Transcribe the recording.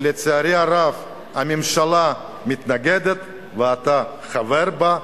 ולצערי הרב הממשלה מתנגדת, ואתה חבר בה,